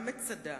גם מצדה,